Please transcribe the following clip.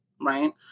right